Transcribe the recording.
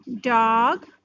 dog